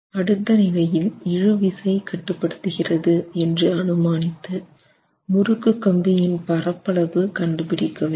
அடுத்த நிலையில் இழுவிசை கட்டுப்படுத்தகிறது என்று அனுமானித்து முறுக்கு கம்பியின் பரப்பளவு கண்டுபிடிக்க வேண்டும்